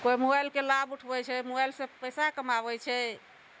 कोइ मोबाइलके लाभ उठबै छै मोबाइल से पैसा कमाबै छै